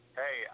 hey